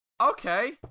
okay